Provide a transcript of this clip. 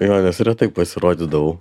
jo nes retai pasirodydavau